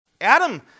Adam